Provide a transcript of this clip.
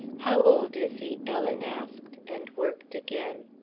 how old is he? ellen asked, and worked again.